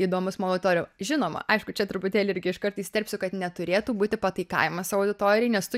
įdomus mano auditorijai žinoma aišku čia truputėlį irgi iškart įsiterpsiu kad neturėtų būti pataikavimas auditorijai nes tu